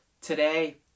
Today